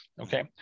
Okay